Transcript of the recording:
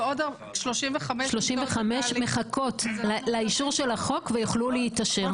ועוד 35,000 --- 35 מחכות לאישור של החוק ויוכלו להתאשר.